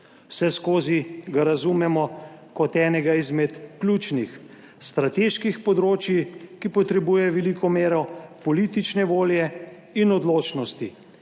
Vseskozi ga razumemo kot enega izmed ključnih strateških področij, ki potrebuje veliko mero politične volje in odločnosti,